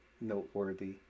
noteworthy